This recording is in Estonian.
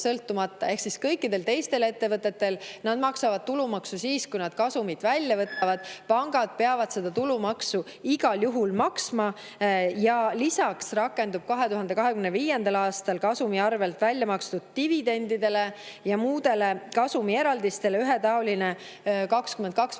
Kõik teised ettevõtted maksavad tulumaksu siis, kui nad kasumit välja võtavad. Pangad peavad tulumaksu igal juhul maksma. Lisaks rakendub 2025. aastal kasumi arvel väljamakstud dividendidele ja muudele kasumieraldistele ühetaoline 22%